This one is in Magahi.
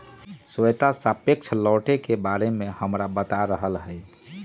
श्वेता सापेक्ष लौटे के बारे में हमरा बता रहले हल